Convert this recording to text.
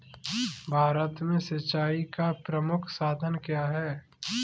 भारत में सिंचाई का प्रमुख साधन क्या है?